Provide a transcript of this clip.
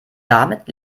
damit